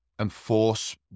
enforce